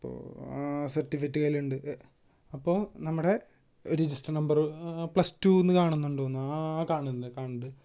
അപ്പോൾ ആ സർട്ടിഫിക്കറ്റ് കയ്യിലുണ്ട് അപ്പോൾ നമ്മുടെ റെജിസ്റ്റർ നമ്പറ് പ്ലസ് ടുന്ന് കാണുന്നുണ്ടോന്നൊ ആ കാണുന്നുണ്ട് കാണുന്നുണ്ട്